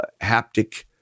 haptic